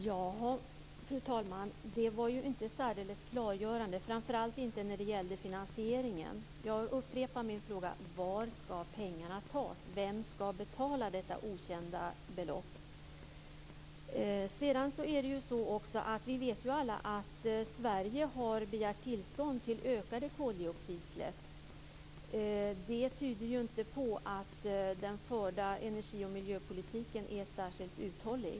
Fru talman! Det var inte särdeles klargörande, framför allt inte när det gäller finansieringen. Jag upprepar därför: Var skall pengarna tas? Vem skall betala detta okända belopp? Vi vet ju alla att Sverige har begärt tillstånd för ökade koldioxidutsläpp. Det tyder inte på att den förda energi och miljöpolitiken är särskilt uthållig.